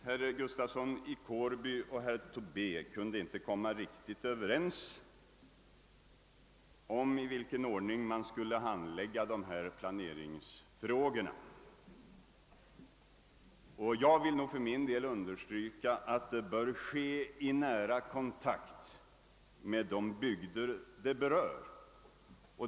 Herr Gustavsson i Kårby och herr Tobé kunde inte riktigt komma överens om i vilken ordning dessa planeringsfrågor skulle handläggas. För min del vill jag understryka att det bör ske i nära kontakt med de bygder det berör.